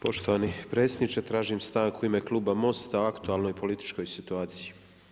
Poštovani predsjedniče, tražim stanku u ime kluba MOST-a o aktualnoj političkoj situaciji.